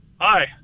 Hi